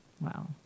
wow